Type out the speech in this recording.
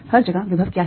हर जगह विभव क्या है